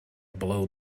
blow